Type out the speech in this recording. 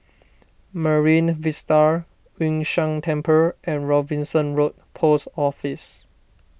Marine Vista Yun Shan Temple and Robinson Road Post Office